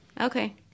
Okay